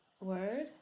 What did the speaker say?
Word